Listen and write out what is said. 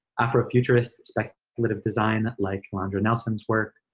afro futurist, speculative design, like alondra nelson's work.